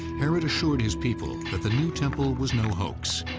herod assured his people that the new temple was no hoax.